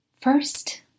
First